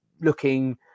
looking